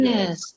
Yes